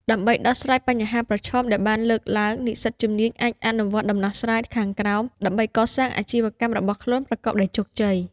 ដើម្បីដោះស្រាយបញ្ហាប្រឈមដែលបានលើកឡើង និស្សិតជំនាញអាចអនុវត្តដំណោះស្រាយខាងក្រោមដើម្បីកសាងអាជីវកម្មរបស់ខ្លួនប្រកបដោយជោគជ័យ។